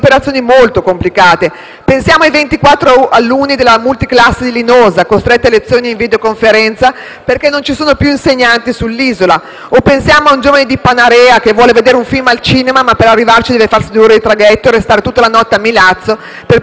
Pensiamo ai 24 alunni della multiclasse di Linosa, costretti a lezioni in videoconferenza, perché non ci sono più insegnanti sull'isola; o a un giovane di Panarea che, per vedere un film al cinema, deve farsi due ore di traghetto, restare tutta la notte a Milazzo e tornare la mattina dopo;